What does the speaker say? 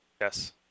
yes